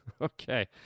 Okay